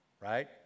right